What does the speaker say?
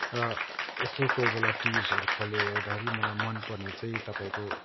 र यसो कोही बेला टिभी सोहरू खोलेर हेर्दाखेरि मलाई मनपर्ने चाहिँ तपाईँको